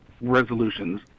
resolutions